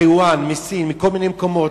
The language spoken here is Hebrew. מטייוואן, מסין, מכל מיני מקומות,